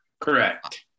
Correct